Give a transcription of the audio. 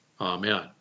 Amen